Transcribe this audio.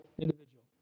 individual